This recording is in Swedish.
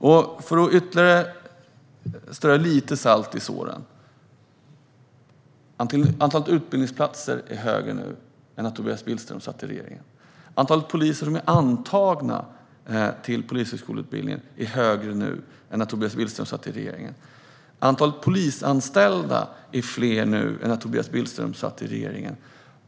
Jag ska strö ytterligare lite salt i såren. Antalet utbildningsplatser är större nu än när Tobias Billström satt i regeringen. Antalet antagna till polishögskoleutbildningen är större nu än när Tobias Billström satt i regeringen. Antalet polisanställda är större nu än när Tobias Billström satt i regeringen.